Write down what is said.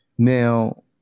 Now